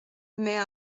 mais